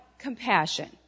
compassion